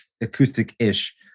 acoustic-ish